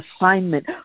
assignment